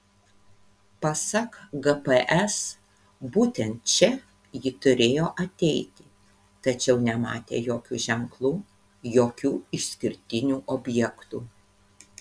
pasak gps būtent čia ji turėjo ateiti tačiau nematė jokių ženklų jokių išskirtinių objektų